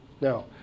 Now